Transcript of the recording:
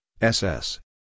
SS